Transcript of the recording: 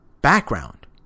background